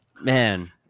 Man